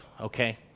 okay